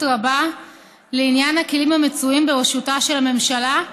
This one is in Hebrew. רבה לעניין הכלים המצויים ברשותה של הממשלה,